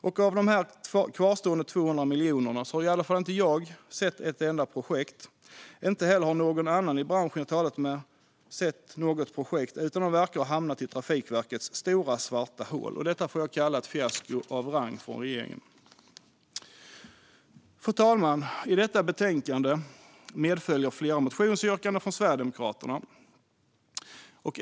Och vad gäller de kvarstående 200 miljonerna har jag inte sett ett enda projekt som finansierats med dem. Inte heller har någon annan i branschen som jag talat med sett något projekt, utan pengarna verkar ha hamnat i Trafikverkets stora svarta hål. Detta får jag kalla ett fiasko av rang för regeringen. Fru talman! I detta betänkande behandlas flera motionsyrkanden från Sverigedemokraterna.